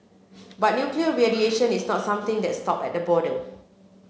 but nuclear radiation is not something that stop at border